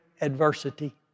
adversity